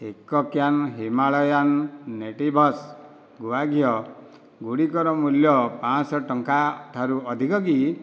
ଏକ can Himalayan natives ଗୁଆ ଘିଅ ଗୁଡ଼ିକର ମୂଲ୍ୟ ପାଞ୍ଚ ଶହ ଟଙ୍କା ଠାରୁ ଅଧିକ କି